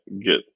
get